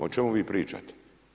O čemu vi pričate?